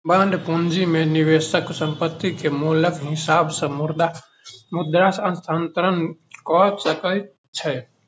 bond पूंजी में निवेशक संपत्ति के मूल्यक हिसाब से मुद्रा हस्तांतरण कअ सकै छै